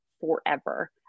forever